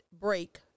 break